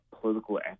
political